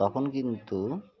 তখন কিন্তু